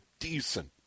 decent